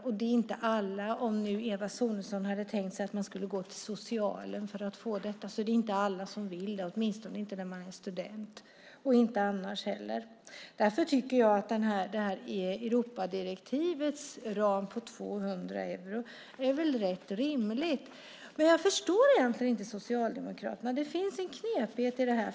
Om nu Eva Sonidsson tänkt sig att man skulle gå till socialen för att få göra det är det inte alla som vill det, åtminstone inte när man är student och inte heller annars. Europadirektivets ram på 200 euro är väl rätt rimligt. Men jag förstår egentligen inte Socialdemokraterna. Det finns en knepighet i detta.